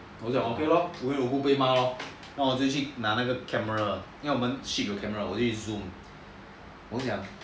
我讲 okay lor 无缘无故被骂 lor then 我直接去拿那个 camera then zoom